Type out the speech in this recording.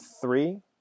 Three